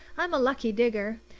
i'm a lucky digger.